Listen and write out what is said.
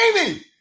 Amy